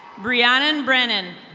brianna and brennon.